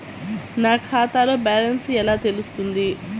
నా ఖాతాలో బ్యాలెన్స్ ఎలా తెలుస్తుంది?